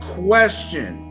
question